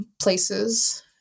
places